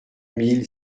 mille